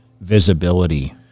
visibility